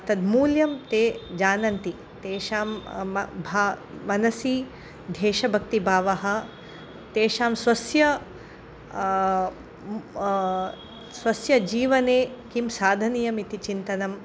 तद् मूल्यं ते जानन्ति तेषां म भा मनसि देशभक्तिभावः तेषां स्वस्य स्वस्य जीवने किं साधनीयमिति चिन्तनम्